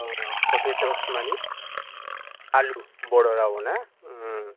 औ पटेटस मानि आलु बर' रावाव ना